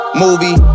movie